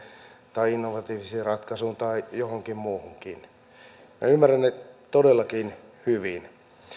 tai innovatiivisiin ratkaisuihin tai johonkin muuhunkin minä ymmärrän ne todellakin hyvin